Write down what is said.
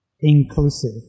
inclusive